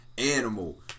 Animal